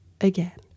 again